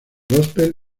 gospel